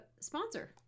sponsor